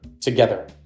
together